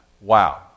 Wow